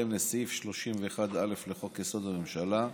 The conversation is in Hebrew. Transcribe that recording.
בהתאם לסעיף 31(א) לחוק-יסוד: הממשלה,